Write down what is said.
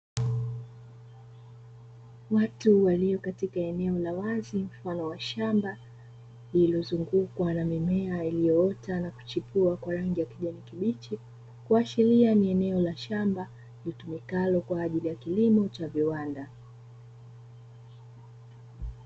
Watu walio katika eneo la wazi wanawashamba mfano wa shamba, ulizungukwa na mimea iliyoota na kuchukua kwa rangi ya kijiweni kibiti kuashiria ni eneo la shamba linatumikalo kwa ajili ya kilimo cha viwanda.